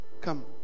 Come